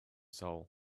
soul